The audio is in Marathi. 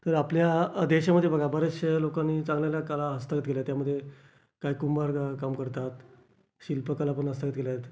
तर आपल्या देशामध्ये बघा बऱ्याचशा लोकांनी चांगल्याल्या कला हस्तगत केल्या त्यामध्ये काही कुंभारकाम करतात शिल्पकला पण हस्तगत केल्या आहेत